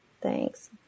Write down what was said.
Thanks